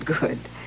good